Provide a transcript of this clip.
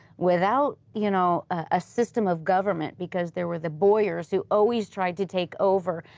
without, you know, a system of government, because there were the voyeurs who always tried to take over,